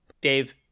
Dave